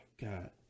God